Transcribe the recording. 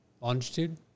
longitude